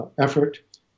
effort